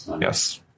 Yes